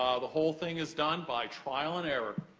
ah the whole thing is done by trial and error.